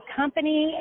company